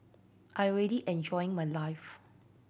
I'm ready enjoying my life